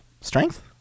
Strength